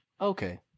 Okay